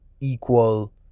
equal